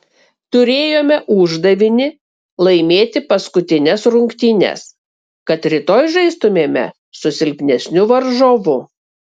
turėjome uždavinį laimėti paskutines rungtynes kad rytoj žaistumėme su silpnesniu varžovu